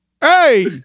Hey